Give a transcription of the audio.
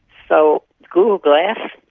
so, google glass,